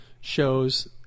shows